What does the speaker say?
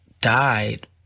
died